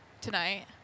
tonight